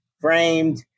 framed